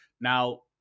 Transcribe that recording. now